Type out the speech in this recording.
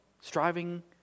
Striving